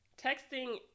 texting